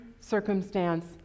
circumstance